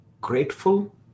Grateful